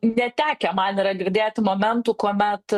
netekę man yra girdėti momentų kuomet